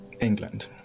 England